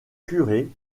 curé